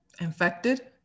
infected